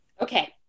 Okay